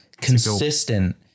consistent